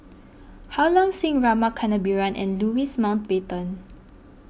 Ha Long Sing Rama Kannabiran and Louis Mountbatten